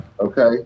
okay